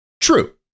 True